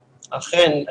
אכן.